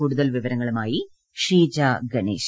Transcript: കൂടുതൽ വിവരങ്ങളുമായി ഷീജ ഗണേശ്